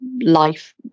life